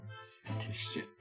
Statistician